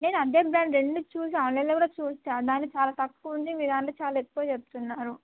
నేను అదే బ్రాండ్ రెండు చూసి ఆన్లైన్లో కూడా చూసి చాలా తక్కువ ఉంది మీ దాట్లో చాలా ఎక్కువ చెప్తున్నారు